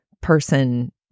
person